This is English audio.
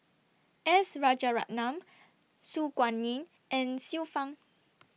S Rajaratnam Su Guaning and Xiu Fang